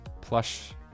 plush